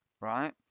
right